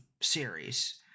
series